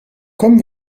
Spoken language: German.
kommen